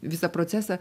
visą procesą